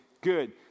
Good